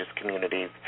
communities